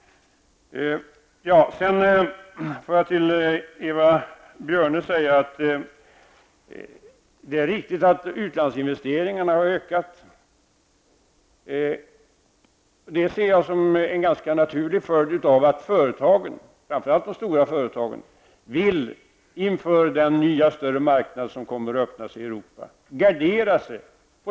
Eva Björne, det är riktigt att utlandsinvesteringarna har ökat. Det ser jag som en ganska naturlig följd av att företagen, framför allt de stora företagen, vill gardera sig inför den nya större marknad som kommer att öppnas i Europa.